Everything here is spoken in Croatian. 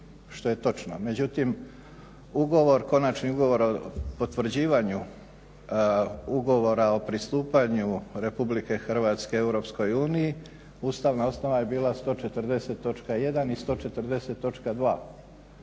što je točno. Međutim, ugovor, konačni ugovor o potvrđivanju ugovora o pristupanju Republike Hrvatske EU ustavna osnova je bila 140. točka 1.